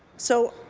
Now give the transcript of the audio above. so,